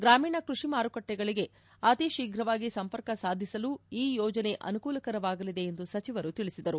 ಗ್ರಾಮೀಣ ಕ್ವಡಿ ಮಾರುಕಟ್ಟೆಗಳಿಗೆ ಅತಿ ಶೀಘ್ರವಾಗಿ ಸಂಪರ್ಕ ಸಾಧಿಸಲು ಈ ಯೋಜನೆ ಅನುಕೂಲಕರವಾಗಲಿದೆ ಎಂದು ಸಚಿವರು ತಿಳಿಸಿದರು